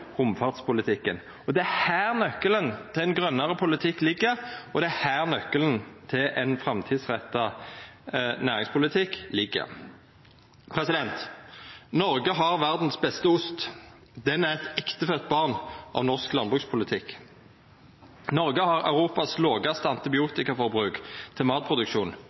til romfartspolitikken. Det er her nøkkelen til ein grønare politikk ligg, og det er her nøkkelen til ein framtidsretta næringspolitikk ligg. Noreg har den beste osten i verda, eit ektefødt barn av norsk landbrukspolitikk. Noreg har Europas lågaste